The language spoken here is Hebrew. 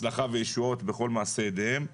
הצלחה וישועות בכל מעשי ידיהם,